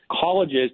colleges